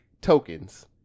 tokens